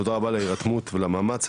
תודה על ההירתמות והמאמץ,